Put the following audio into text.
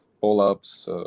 pull-ups